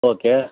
okay